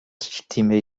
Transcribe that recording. stimme